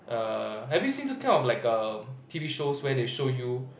err have you seen those kind of like err t_v shows where they show you